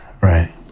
right